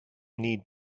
need